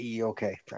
Okay